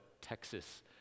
Texas